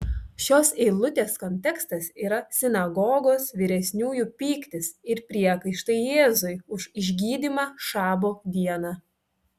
šios eilutės kontekstas yra sinagogos vyresniųjų pyktis ir priekaištai jėzui už išgydymą šabo dieną